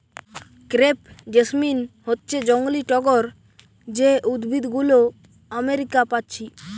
crepe jasmine হচ্ছে জংলি টগর যে উদ্ভিদ গুলো আমেরিকা পাচ্ছি